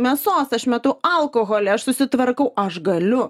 mėsos aš metu alkoholį aš susitvarkau aš galiu